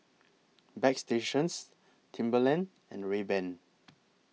Bagstationz Timberland and Rayban